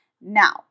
Now